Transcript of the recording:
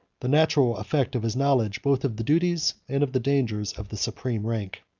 the natural effect of his knowledge both of the duties and of the dangers of the supreme rank.